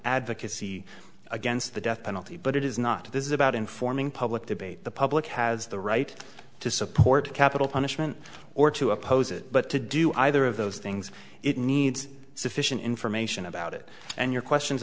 advocacy against the death penalty but it is not this is about informing public debate the public has the right to support capital punishment or to oppose it but to do either of those things it needs sufficient information about it and your questions